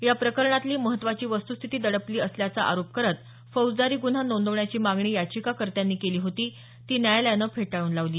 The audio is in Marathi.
या प्रकरणातली महत्त्वाची वस्तूस्थिती दडपली असल्याचा आरोप करत फौजदारी गुन्हा नोंदवण्याची मागणी याचिकाकर्त्यांनी केली होती ती न्यायालयानं फेटाळून लावली